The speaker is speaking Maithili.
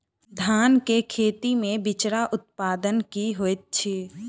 धान केँ खेती मे बिचरा उत्पादन की होइत छी?